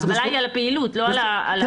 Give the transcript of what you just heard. ההגבלה היא על הפעילות, לא על היציאה.